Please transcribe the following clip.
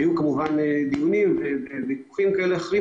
היו כמובן דיונים וויכוחים כאלה ואחרים,